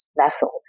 vessels